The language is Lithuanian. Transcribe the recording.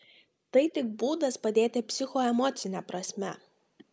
tai tik būdas padėti psichoemocine prasme